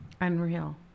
Unreal